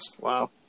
Wow